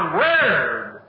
word